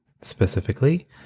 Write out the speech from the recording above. Specifically